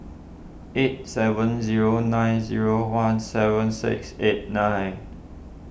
eight seven zero nine zero one seven six eight nine